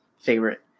favorite